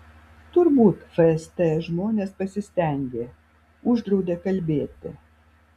turbūt fst žmonės pasistengė uždraudė kalbėti